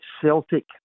Celtic